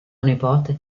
nipote